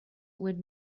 would